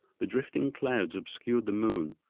the drifting clouds obscured the moon,